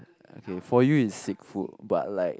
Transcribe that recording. okay for you is sick food but like